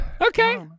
Okay